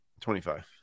25